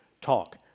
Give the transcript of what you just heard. talk